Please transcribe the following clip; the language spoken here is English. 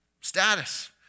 status